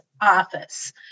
Office